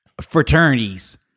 fraternities